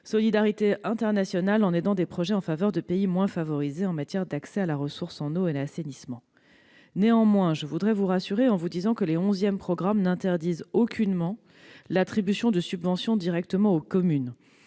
solidarité internationale en aidant des projets en faveur de pays moins favorisés en matière d'accès à la ressource en eau et d'assainissement. Néanmoins, je vous rassurer en vous disant que les onzièmes programmes n'interdisent aucunement l'attribution de subventions directement aux communes.